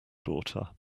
daughter